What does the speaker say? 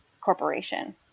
corporation